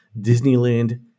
Disneyland